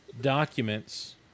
documents